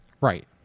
right